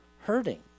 hurting